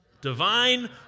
Divine